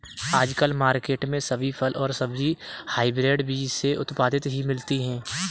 आजकल मार्केट में सभी फल और सब्जी हायब्रिड बीज से उत्पादित ही मिलती है